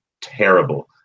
terrible